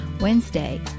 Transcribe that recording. Wednesday